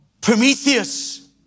Prometheus